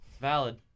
Valid